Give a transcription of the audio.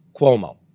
Cuomo